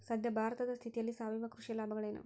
ಸದ್ಯ ಭಾರತದ ಸ್ಥಿತಿಯಲ್ಲಿ ಸಾವಯವ ಕೃಷಿಯ ಲಾಭಗಳೇನು?